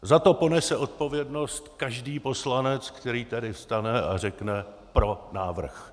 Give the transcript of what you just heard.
Za to ponese odpovědnost každý poslanec, který tady vstane a řekne: pro návrh.